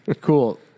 Cool